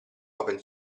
open